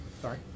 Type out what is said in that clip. Sorry